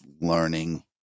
learning